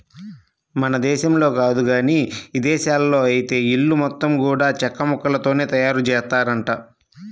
మన దేశంలో కాదు గానీ ఇదేశాల్లో ఐతే ఇల్లు మొత్తం గూడా చెక్కముక్కలతోనే తయారుజేత్తారంట